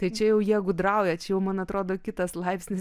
tai čia jau jie gudrauja čia jau man atrodo kitas laipsnis